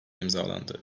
imzalandı